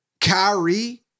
Kyrie